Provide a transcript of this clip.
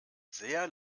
sehr